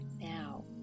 now